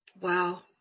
Wow